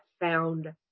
found